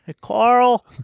Carl